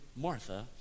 Martha